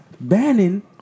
Bannon